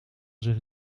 zich